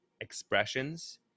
expressions